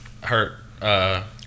hurt